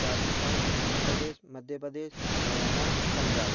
Rajasthan Uttar Pradesh Madhya Pradesh Haryana Punjab